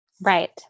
Right